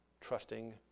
trusting